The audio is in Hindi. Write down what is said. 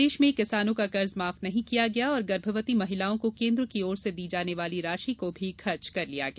प्रदेश में किसानों का कर्ज माफ नहीं किया गया और गर्भवती महिलाओं को केन्द्र की ओर से दी जाने वाली राशि को भी खर्च कर लिया गया